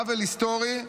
עוול היסטורי,